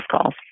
calls